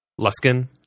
Luskin